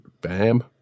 BAM